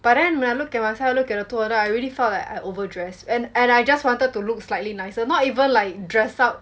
but then when I look at myself look at the two of them I really felt like I overdress and and I just wanted to look slightly nicer not even like dress up